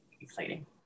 exciting